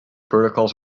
protocols